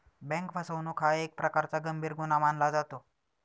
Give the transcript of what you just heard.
bank फसवणूक हा एक प्रकारचा गंभीर गुन्हा मानला जातो